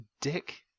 dick